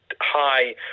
high